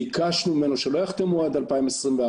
בקשנו ממנו שלא יחתנו עד 2024,